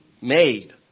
made